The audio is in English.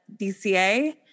DCA